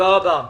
תודה רבה.